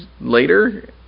later